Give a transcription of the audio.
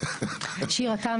אני שירה תם,